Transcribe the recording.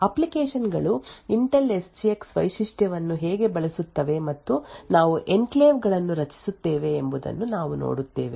application ಗಳು Intel SGX ವೈಶಿಷ್ಟ್ಯವನ್ನು ಹೇಗೆ ಬಳಸುತ್ತವೆ ಮತ್ತು ನಾವು ಎನ್ಕ್ಲೇವ್ ಗಳನ್ನು ರಚಿಸುತ್ತೇವೆ ಎಂಬುದನ್ನು ನಾವು ನೋಡುತ್ತೇವೆ